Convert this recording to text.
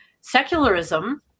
secularism